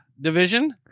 division